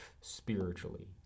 spiritually